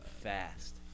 fast